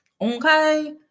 Okay